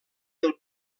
del